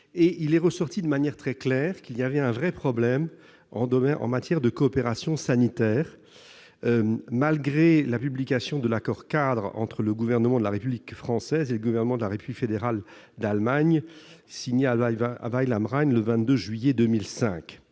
en est ressorti de manière très claire que se posait un véritable problème en matière de coopération sanitaire, malgré la publication de l'accord-cadre entre le gouvernement de la République française et le gouvernement de la République fédérale d'Allemagne signé à Weil am Rhein le 22 juillet 2005.